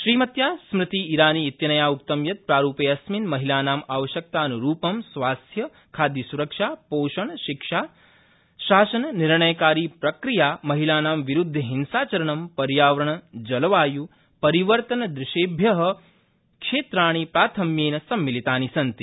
श्रीमत्या स्मृतिईरानी इत्यनया उक्तं यत् प्रारूपेऽस्मिन् महिलानाम् आवश्यकतानुरूपं स्वास्थय खाद्यस्रक्षा पोषण शिक्षा शासन निर्णयकारीप्रक्रिया महिलानां विरूद्ध हिंसाचरण पर्यावरण जलवाय् परिवर्तन दृशेभ्य क्षेत्राणि प्राथम्येन सम्मिलानि सन्ति